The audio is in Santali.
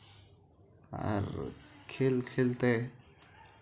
ᱠᱷᱮᱞ ᱠᱷᱮᱞᱛᱮ